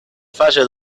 fase